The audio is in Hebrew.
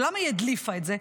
ולמה היא הדליפה את זה?